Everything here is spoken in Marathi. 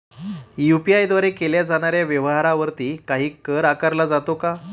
यु.पी.आय द्वारे केल्या जाणाऱ्या व्यवहारावरती काही कर आकारला जातो का?